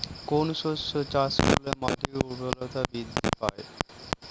কোন শস্য চাষ করলে মাটির উর্বরতা বৃদ্ধি পায়?